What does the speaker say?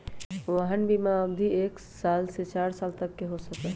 वाहन बिमा के अवधि एक साल से चार साल तक के हो सका हई